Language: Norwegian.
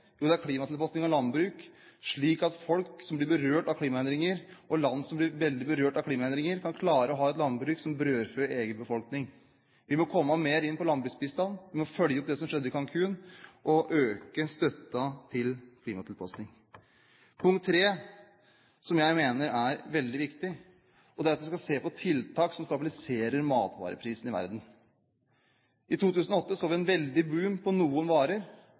Jo, det er klimatilpasning av landbruk, slik at folk som blir berørt av klimaendringer, og land som blir berørt av klimaendringer, kan klare å ha et landbruk som brødfør egen befolkning. Vi må komme mer inn på landbruksbistand. Vi må følge opp det som skjedde i Cancún, og øke støtten til klimatilpasning. Jeg mener det er veldig viktig å se på tiltak som stabiliserer matvareprisene i verden. I 2008 så vi en veldig boom på noen varer.